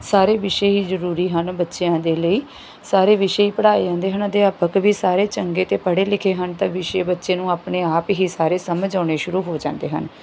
ਸਾਰੇ ਵਿਸ਼ੇ ਹੀ ਜ਼ਰੂਰੀ ਹਨ ਬੱਚਿਆਂ ਦੇ ਲਈ ਸਾਰੇ ਵਿਸ਼ੇ ਹੀ ਪੜ੍ਹਾਏ ਜਾਂਦੇ ਹਨ ਅਧਿਆਪਕ ਵੀ ਸਾਰੇ ਚੰਗੇ ਅਤੇ ਪੜ੍ਹੇ ਲਿਖੇ ਹਨ ਤਾਂ ਵਿਸ਼ੇ ਬੱਚੇ ਨੂੰ ਆਪਣੇ ਆਪ ਹੀ ਸਾਰੇ ਸਮਝ ਆਉਣੇ ਸ਼ੁਰੂ ਹੋ ਜਾਂਦੇ ਹਨ